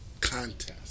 contest